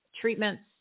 treatments